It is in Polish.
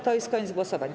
To jest koniec głosowań.